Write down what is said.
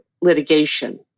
litigation